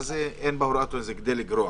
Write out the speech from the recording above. מה זה אין בהוראות כדי לגרוע?